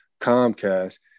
Comcast